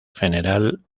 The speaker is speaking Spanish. general